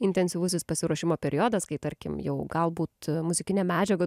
intensyvusis pasiruošimo periodas kai tarkim jau galbūt muzikinė medžiaga